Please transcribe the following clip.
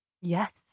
Yes